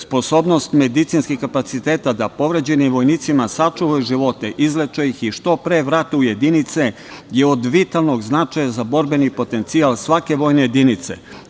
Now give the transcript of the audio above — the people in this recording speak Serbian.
Sposobnost medicinskih kapaciteta da povređenim vojnicima sačuvaju živote, izleče ih i što pre vrate u jedinice je od vitalnog značaja za borbeni potencijal svake vojne jedinice.